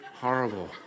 Horrible